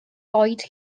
oed